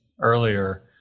earlier